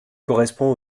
correspond